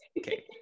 okay